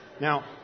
Now